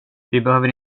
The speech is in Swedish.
behöver